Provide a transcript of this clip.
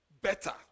better